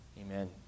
Amen